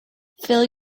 fill